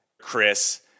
Chris